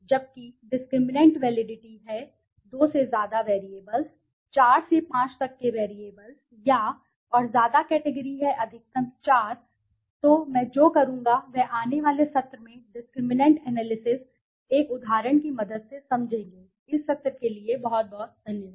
जबकि discriminant validity है दो से ज्यादा वैरिएबल्स 4 से 5 तक के वैरिएबल्स या और ज्यादा कैटेगरी हैं अधिकतम 4 तो मैं जो करूंगा वह आने वाले सत्र में डिस्क्रिमिनैंट एनालिसिस एक उदाहरण की मदद से समझेगे इस सत्र के लिए बहुत बहुत धन्यवाद